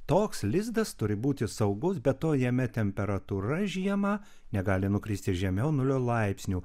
toks lizdas turi būti saugus be to jame temperatūra žiemą negali nukristi žemiau nulio laipsnių